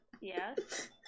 yes